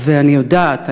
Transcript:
ואני יודעת,